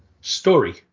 story